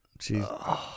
She's-